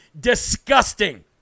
disgusting